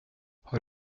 har